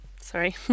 Sorry